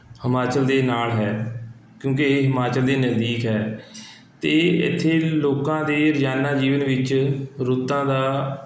ਹਿਮਾਚਲ ਦੇ ਨਾਲ਼ ਹੈ ਕਿਉਂਕਿ ਇਹ ਹਿਮਾਚਲ ਦੇ ਨਜ਼ਦੀਕ ਹੈ ਅਤੇ ਇੱਥੇ ਲੋਕਾਂ ਦੇ ਰੋਜ਼ਾਨਾ ਜੀਵਨ ਵਿੱਚ ਰੁੱਤਾਂ ਦਾ